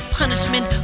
punishment